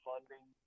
funding